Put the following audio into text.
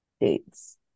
dates